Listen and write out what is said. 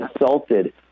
insulted